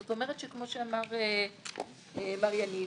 זאת אומרת שכמו שאמר מר יניב,